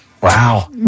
Wow